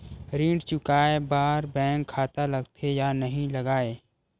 ऋण चुकाए बार बैंक खाता लगथे या नहीं लगाए?